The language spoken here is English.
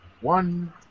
One